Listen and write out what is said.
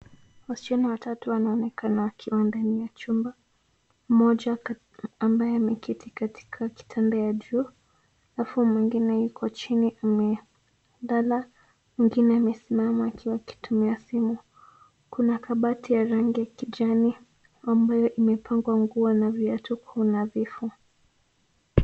Wasichana watatu wanaonekana wakiwa ndani ya chumba. Mmoja ambaye ameketi katika kitanda ya juu, halafu mwingine yuko chini amelala, mwingine amesimama akiwa akitumia simu. Kuna kabati ya rangi ya kijani ambayo imepangwa nguo na viatu kwa unadhifu.